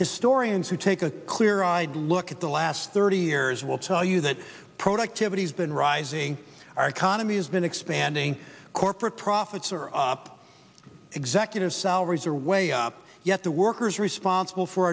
historians who take a clear eyed look at the last thirty years will tell you that productivity has been rising our economy has been expanding corporate profits are up executive salaries are way up yet the workers responsible for